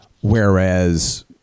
whereas